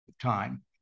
time